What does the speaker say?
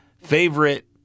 favorite